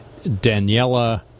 Daniela